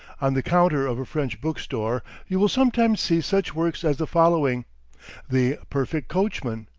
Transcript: on the counter of a french bookstore you will sometimes see such works as the following the perfect coachman,